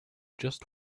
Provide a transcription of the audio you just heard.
just